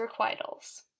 requitals